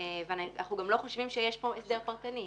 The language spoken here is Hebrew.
אנחנו גם לא חושבים שיש כאן הסדר פרטני.